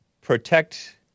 protect